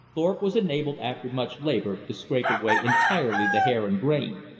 thorpe was enabled after much labor to scrape away entirely the hair and grain.